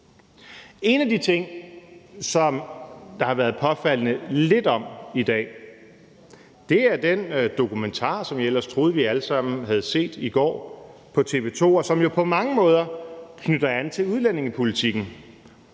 En af de ting, der har været påfaldende lidt om i dag, er den dokumentar, som jeg ellers troede vi alle sammen havde set i går på TV 2, og som jo på mange måder knytter an til udlændingepolitikken.